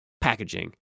packaging